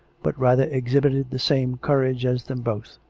but rather ex hibited the same courage as them both.